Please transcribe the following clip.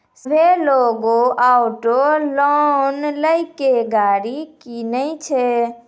सभ्भे लोगै auto loan लेय के गाड़ी किनै छै